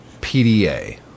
PDA